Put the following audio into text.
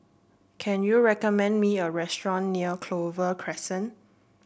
can you recommend me a restaurant near Clover Crescent